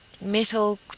metal